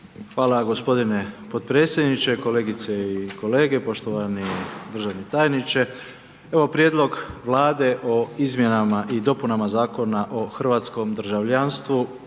Hvala g. potpredsjedniče, kolegice i kolege, poštovani državni tajniče. Prijedlog Vlade o izmjenama i dopunama Zakona o hrvatskom državljanstvu,